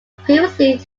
previously